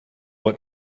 what